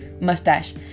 mustache